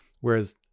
whereas